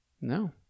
No